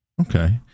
Okay